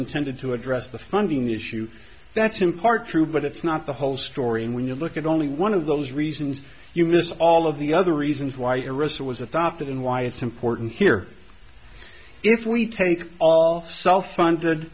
intended to address the funding issue that's in part true but it's not the whole story and when you look at only one of those reasons you miss all of the other reasons why erosive was adopted and why it's important here if we take all self funded